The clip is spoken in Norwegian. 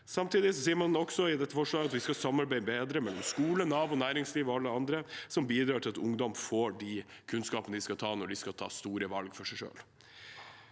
Samtidig sier vi i dette forslaget at vi skal samarbeide bedre med skole, Nav og næringslivet og alle andre som bidrar til at ungdom får den kunnskapen de skal ha når de skal ta store valg for seg selv.